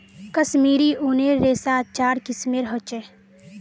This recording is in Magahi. कश्मीरी ऊनेर रेशा चार किस्मेर ह छे